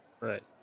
Right